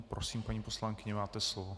Prosím, paní poslankyně, máte slovo.